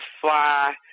fly